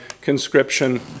conscription